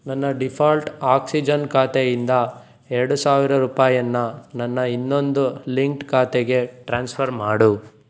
ನನ್ನ ಡಿಫಾಲ್ಟ್ ಆಕ್ಸಿಜೆನ್ ಖಾತೆಯಿಂದ ಎರಡು ಸಾವಿರ ರೂಪಾಯಿಯನ್ನ ನನ್ನ ಇನ್ನೊಂದು ಲಿಂಕ್ಡ್ ಖಾತೆಗೆ ಟ್ರಾನ್ಸ್ಫರ್ ಮಾಡು